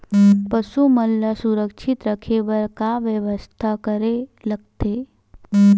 पशु मन ल सुरक्षित रखे बर का बेवस्था करेला लगथे?